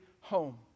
home